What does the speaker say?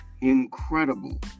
Incredible